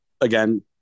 again